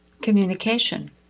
Communication